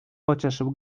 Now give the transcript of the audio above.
pocieszył